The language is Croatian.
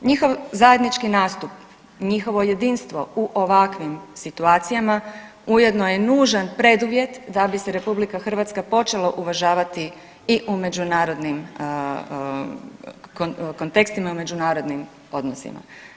Njihov zajednički nastup, njihovo jedinstvo u ovakvim situacijama ujedno je nužan preduvjet da bi se RH počela uvažavati i u međunarodnim kontekstima, u međunarodnim odnosnima.